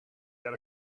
yet